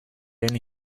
only